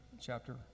chapter